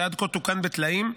שעד כה תוקן בטלאים,